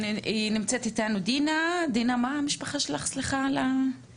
נמצאת אתנו דינה דומיניץ.